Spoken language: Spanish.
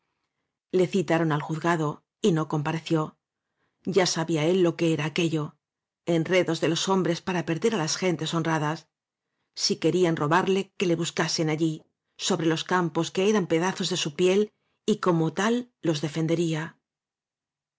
le citaron al juzgado y no compareció ya sabía él lo que era aquello enredos de los hom s para perder á las gentes honradas s ai robarle que le buscasen allí sobre upos que eran pedazos de su piel y como fundería